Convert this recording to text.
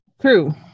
True